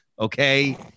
okay